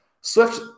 Swift